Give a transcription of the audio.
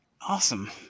awesome